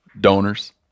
Donors